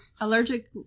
allergic